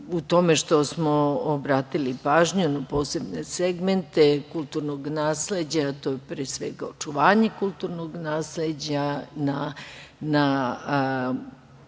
u tome što smo obratili pažnju na posebne segmente kulturnog nasleđa, a to je pre svega očuvanje kulturnog nasleđa na